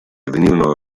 venivano